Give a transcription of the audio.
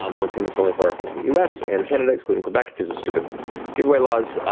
um once again, it's only for our friends in the us and canada, excluding quebec because of stupid giveaway laws,